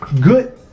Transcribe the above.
good